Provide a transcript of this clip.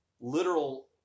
literal